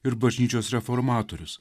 ir bažnyčios reformatorius